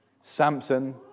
Samson